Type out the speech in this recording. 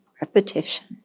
repetition